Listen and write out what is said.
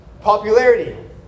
popularity